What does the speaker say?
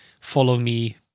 follow-me